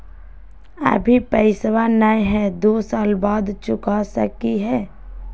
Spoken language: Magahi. अभि पैसबा नय हय, दू साल बाद चुका सकी हय?